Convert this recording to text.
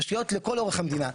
תשתיות לכל אורך המדינה.